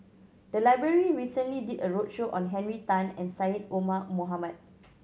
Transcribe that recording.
the library recently did a roadshow on Henry Tan and Syed Omar Mohamed